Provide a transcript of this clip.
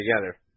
together